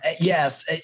Yes